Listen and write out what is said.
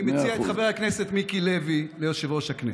אני מציע את חבר הכנסת מיקי לוי ליושב-ראש הכנסת.